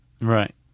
Right